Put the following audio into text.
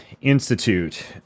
Institute